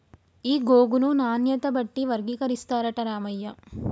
ఈ గోగును నాణ్యత బట్టి వర్గీకరిస్తారట రామయ్య